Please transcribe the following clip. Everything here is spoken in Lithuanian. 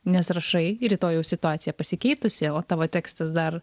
nes rašai ir rytojaus situacija pasikeitusi o tavo tekstas dar